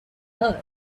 earth